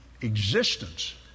existence